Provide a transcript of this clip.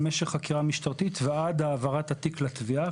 משך חקירה משטרתית ועד העברת התיק לתביעה,